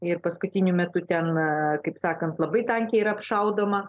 ir paskutiniu metu ten kaip sakant labai tankiai ir apšaudoma